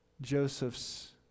Joseph's